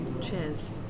Cheers